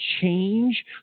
change